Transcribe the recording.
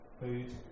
food